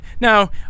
now